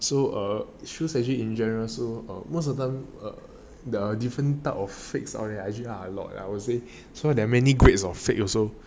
so err so actually in general so most of them are there are different type of fixed or actually a lot lah I would say so there are many fake also